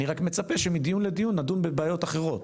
אני רק מצפה שמדיון לדיון נדון בבעיות אחרות,